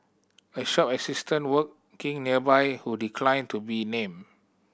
a shop assistant working nearby who declined to be named